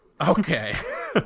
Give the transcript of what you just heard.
Okay